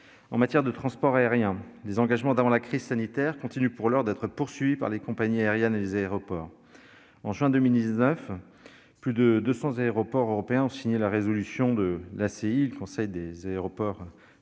En matière de transport aérien, les engagements pris avant la crise sanitaire continuent pour l'heure d'être suivis par les compagnies aériennes et les aéroports. En juin 2019, plus de 200 aéroports européens ont signé la résolution du Conseil international des aéroports, ou